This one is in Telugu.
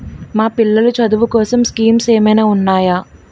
మా పిల్లలు చదువు కోసం స్కీమ్స్ ఏమైనా ఉన్నాయా?